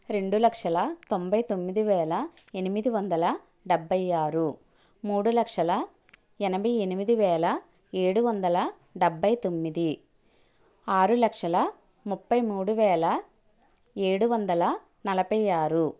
రెండు లక్షల తొంభై తొమ్మిది వేల ఎనిమిది వందల డెబ్భై ఆరు మూడు లక్షల ఎనభై ఎనిమిది వేల ఏడు వందల డెబ్భై తొమ్మిది ఆరు లక్షల ముప్పై మూడు వేల ఏడు వందల నలభై ఆరు